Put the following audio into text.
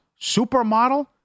Supermodel